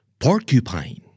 Porcupine